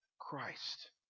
Christ